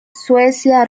suecia